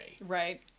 Right